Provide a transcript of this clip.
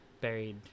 buried